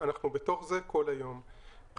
היום כבר אומרות לך חברות הפריסה,